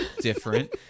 different